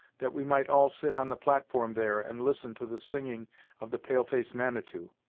that we might all sit on the platform there and listen to the singing of the pale-face manitou.